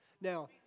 Now